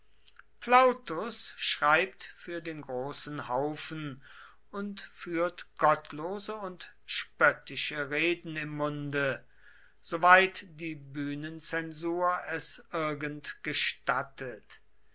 plautus schreibt für den großen haufen und führt gottlose und spöttische reden im munde soweit die bühnenzensur es irgend gestattet